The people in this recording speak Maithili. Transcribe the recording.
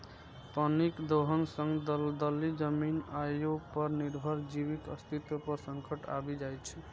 पानिक दोहन सं दलदली जमीन आ ओय पर निर्भर जीवक अस्तित्व पर संकट आबि जाइ छै